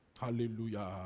Hallelujah